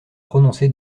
prononcé